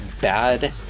bad